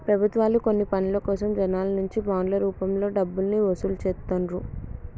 ప్రభుత్వాలు కొన్ని పనుల కోసం జనాల నుంచి బాండ్ల రూపంలో డబ్బుల్ని వసూలు చేత్తండ్రు